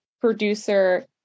producer